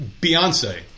Beyonce